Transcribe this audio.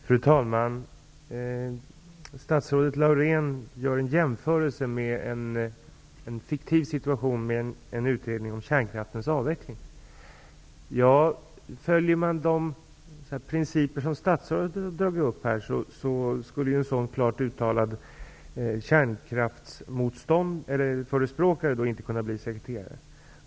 Fru talman! Statsrådet Laurén gör en jämförelse med en fiktiv situation, där det är fråga om en utredning om kärnkraftsavveckling. Om man följer de principer som statsrådet angav, skulle en kärnkraftsförespråkare inte kunna bli sekreterare.